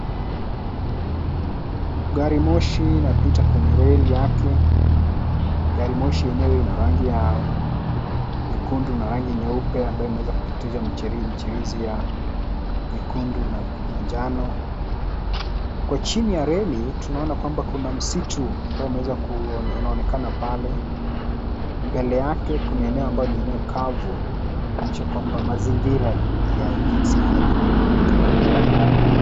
Gari moshi inapita kwenye leri yake. Gari moshi yenyewe ina rangi ya nyekundu na rangi nyeupe ambayo imeweza kupitisha mchirisi ya nyekundu na manjano. Kwa chini ya reli tunaona kuna msitu ambao unaonekana pale. Mbele yake kuna eneo ambao ni eneo kavu kuonyesha kwamba mazingira ya jinsi hali ilivyo katika eneo hilo.